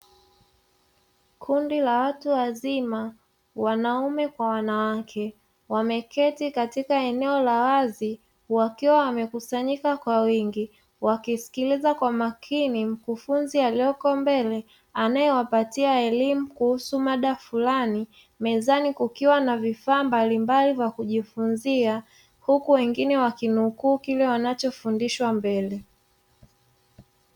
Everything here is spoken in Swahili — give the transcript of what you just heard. Kundi la watu wazima wanaume kwa wanawake wameketi katika eneo la wazi wakiwa wamekusanyika kwa wingi wakisikiliza kwa makini mkufunzi aliyeko mbele, anayewapatia elimu kuhusu mada fulani mezani kukiwa na vifaa mbalimbali vya kujifunza huku wengine wakinukuu kile wanachofundishwa mbele.